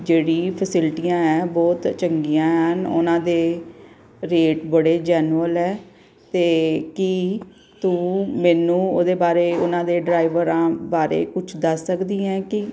ਜਿਹੜੀ ਫੈਸਿਲਿਟੀਆਂ ਆ ਬਹੁਤ ਚੰਗੀਆਂ ਹਨ ਉਹਨਾਂ ਦੇ ਰੇਟ ਬੜੇ ਜੈਨੁਅਲ ਹੈ ਅਤੇ ਕੀ ਤੂੰ ਮੈਨੂੰ ਉਹਦੇ ਬਾਰੇ ਉਹਨਾਂ ਦੇ ਡਰਾਈਵਰਾਂ ਬਾਰੇ ਕੁਛ ਦੱਸ ਸਕਦੀ ਹੈ ਕਿ